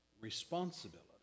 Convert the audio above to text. responsibility